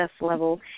level